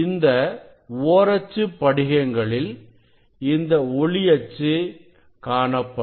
இந்த ஓரச்சுப் படிகங்களில் இந்த ஒளி அச்சு காணப்படும்